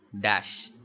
dash